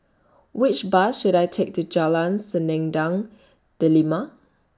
Which Bus should I Take to Jalan Selendang Delima